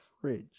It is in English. fridge